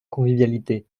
convivialité